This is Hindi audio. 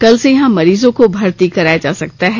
कल से यहां मरीजों को भर्ती कराया जा सकता है